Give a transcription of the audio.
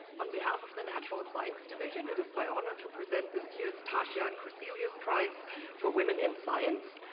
on behalf of the natural science division, it is my honor to present this year's tashjian-crecelius prize for women in science.